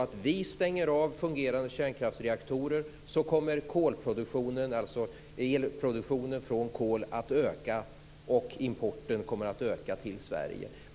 Om vi stänger av fungerande kärnkraftsreaktorer kommer elproduktionen från kol att öka och importen kommer att öka till Sverige.